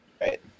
Right